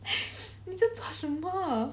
你在做什么